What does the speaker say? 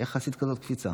איך עשית כזאת קפיצה?